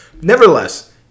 Nevertheless